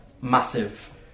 massive